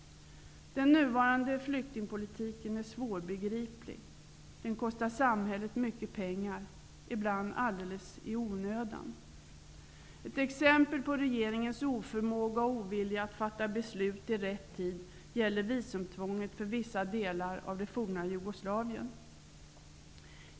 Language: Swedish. Den nuvarande flyktingpolitiken är svårbegriplig. Den kostar samhället mycket pengar, ibland alldeles i onödan. Ett exempel på regeringens oförmåga och ovilja att fatta beslut i rätt tid gäller visumtvånget för vissa delar av det forna Jugoslavien.